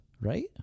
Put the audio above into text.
right